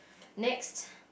next